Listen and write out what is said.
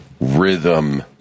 rhythm